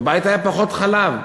בבית היה פחות חלב.